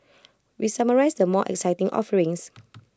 we summarise the more exciting offerings